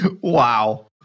Wow